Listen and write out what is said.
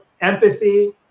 Empathy